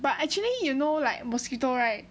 but actually you know like mosquito right